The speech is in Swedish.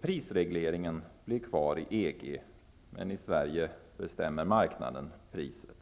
Prisregleringen blir kvar i EG, men i Sverige är det marknaden som bestämmer priset.